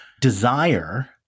desire